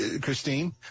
Christine